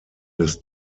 des